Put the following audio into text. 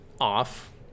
off